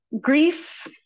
grief